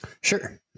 Sure